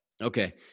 Okay